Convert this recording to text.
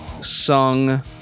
sung